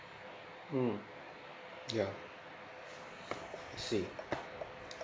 mm yeah I see